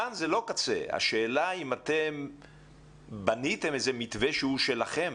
אבל השאלה אם אתם בניתם איזשהו מתווה שהוא שלכם.